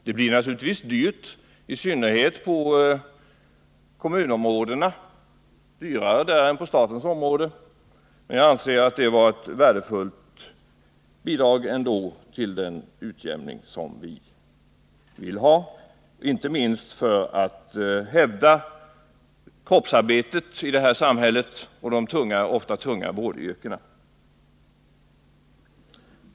Det blir naturligtvis dyrt, i synnerhet på de kommunala områdena — dyrare än på statens område — men jag anser att den är ett värdefullt bidrag till den utjämning vi vill ha, inte minst för att i detta samhälle hävda kroppsarbetet, t.ex. i de ofta tunga vårdyrkena.